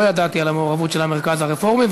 ידעתי על המעורבות של המרכז הרפורמי,